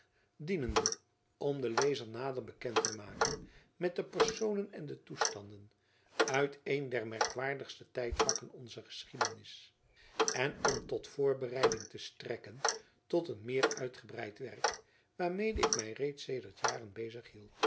dienende om den lezer nader bekend te maken met de personen en toestanden uit een der merkwaardigste tijdvakken onzer geschiedenis en om tot voorbereiding te strekken tot een meer uitgebreid werk waarmede ik mij reeds sedert jaren bezig hield